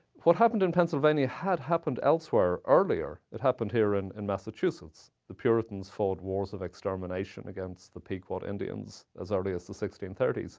what happened in pennsylvania had happened elsewhere earlier. it happened here in and and massachusetts. the puritans fought wars of extermination against the pequot indians as early as the sixteen thirty s.